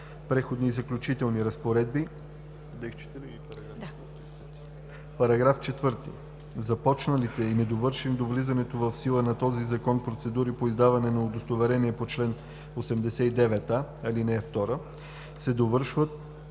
„Преходни и заключителни разпоредби. § 4. Започналите и недовършени до влизането в сила на този Закон процедури по издаване на удостоверения по чл. 89а, ал. 2 се довършват